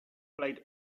played